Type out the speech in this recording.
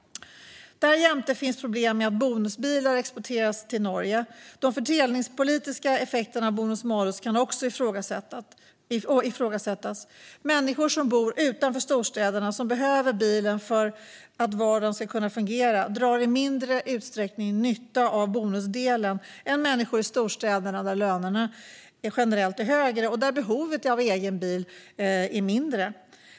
Därjämte finns problem med att bonusbilar exporteras till Norge. De fördelningspolitiska effekterna av bonus-malus kan också ifrågasättas. Människor som bor utanför storstäderna och som behöver bilen för att vardagen ska fungera drar i mindre utsträckning nytta av bonusdelen än människor i storstäderna, där lönerna generellt är högre och där behovet av egen bil är mindre.